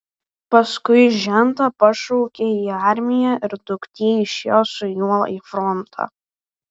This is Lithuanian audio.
paskui žentą pašaukė į armiją ir duktė išėjo su juo į frontą